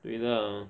对 lah